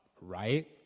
right